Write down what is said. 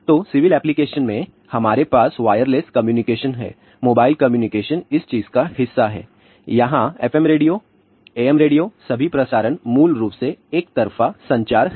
तो civil application में हमारे पास वायरलेस कम्युनिकेशन है मोबाइल कम्युनिकेशन इस चीज का हिस्सा है यहां FM रेडियो AM रेडियो सभी प्रसारण मूल रूप से एकतरफा संचार हैं